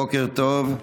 בוקר טוב.